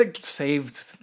saved